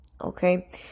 okay